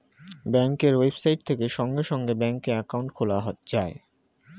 ব্যাঙ্কের ওয়েবসাইট থেকে সঙ্গে সঙ্গে ব্যাঙ্কে অ্যাকাউন্ট খোলা যায়